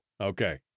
okay